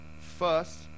first